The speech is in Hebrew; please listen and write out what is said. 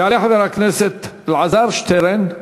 יעלה חבר הכנסת אלעזר שטרן,